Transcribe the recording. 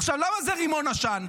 עכשיו, למה זה רימון עשן?